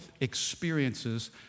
experiences